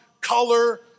color